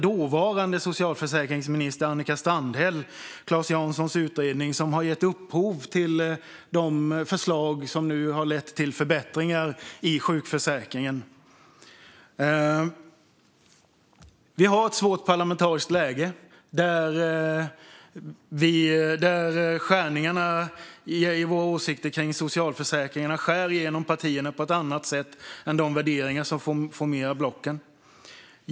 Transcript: Dåvarande socialförsäkringsminister Annika Strandhäll tillsatte då en utredning ledd av Claes Jansson som gav upphov till de förslag som nu har lett till förbättringar i sjukförsäkringen. Vi har ett svårt parlamentariskt läge. Åsikterna om socialförsäkringarna skär genom partierna på ett annat sätt än de värderingar som formerar blocken.